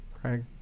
Craig